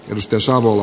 rusty samalla